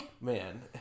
Man